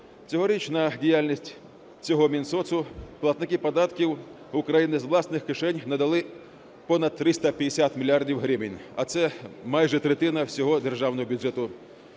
Цьогорічна діяльність цього Мінсоцу: платники податків України з власних кишень надали понад 350 мільярдів гривень, а це майже третина всього державного бюджету